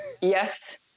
Yes